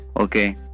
okay